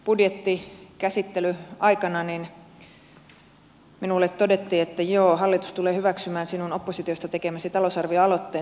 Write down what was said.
silloin ensimmäisenä budjettikäsittelyaikana minulle todettiin että joo hallitus tulee hyväksymään sinun oppositiosta tekemäsi talousarvioaloitteen